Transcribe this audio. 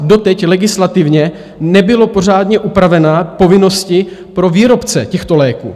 Doteď legislativně nebyly pořádně upraveny povinnosti pro výrobce těchto léků.